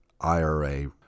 IRA